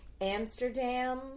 Amsterdam